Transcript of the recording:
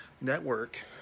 Network